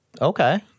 Okay